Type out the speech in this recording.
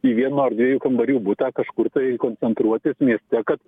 vieno ar dviejų kambarių butą kažkur tai koncentruotis mieste kad